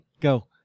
Go